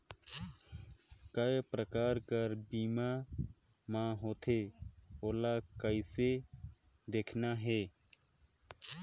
काय प्रकार कर बीमा मा होथे? ओला कइसे देखना है?